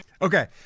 Okay